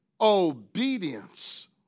obedience